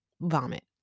Vomit